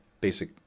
basic